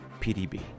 pdb